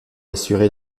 assurer